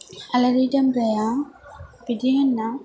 आलारि दामब्राया बिदि होनना